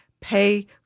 pay